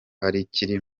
akiri